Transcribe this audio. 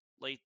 late